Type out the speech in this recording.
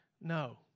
no